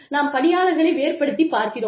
நாம் பணியாளர்களை வேறுபடுத்தி பார்க்கிறோம்